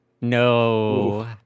no